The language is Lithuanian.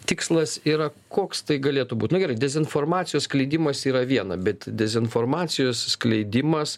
tikslas yra koks tai galėtų būt na gerai dezinformacijos skleidimas yra viena bet dezinformacijos skleidimas